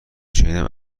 شنیدم